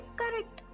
correct